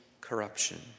corruption